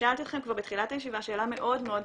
שאלתי אתכם כבר בתחילת הישיבה שאלה מאוד מאוד פשוטה,